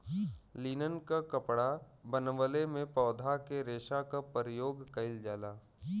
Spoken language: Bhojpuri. लिनन क कपड़ा बनवले में पौधा के रेशा क परयोग कइल जाला